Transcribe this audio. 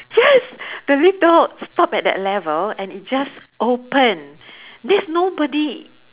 yes the lift door stop at that level and it just open there's nobody